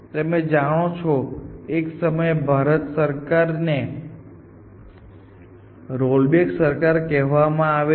તમે જાણો છો કે એક સમયે ભારત સરકારને રોલબેક સરકાર કહેવામાં આવે છે